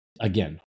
again